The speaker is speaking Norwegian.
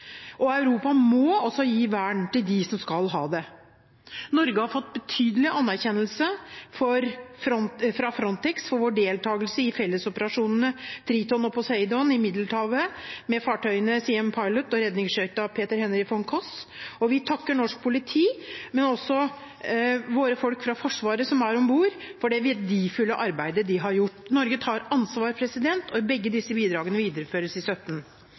og Europa må også gi vern til dem som skal ha det. Norge har fått betydelig anerkjennelse fra Frontex for sin deltagelse i fellesoperasjonene Triton og Poseidon i Middelhavet med fartøyene «Siem Pilot» og redningsskøyta «Peter Henry von Koss», og vi takker norsk politi, men også våre folk fra Forsvaret som er om bord, for det verdifulle arbeidet de har gjort. Norge tar ansvar, og begge disse bidragene videreføres i